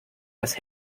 das